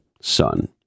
son